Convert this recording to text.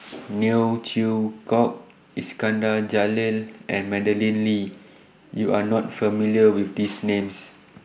Neo Chwee Kok Iskandar Jalil and Madeleine Lee YOU Are not familiar with These Names